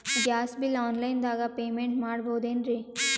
Gas bill online ದಾಗ payment ಮಾಡಬೋದೇನ್ರಿ?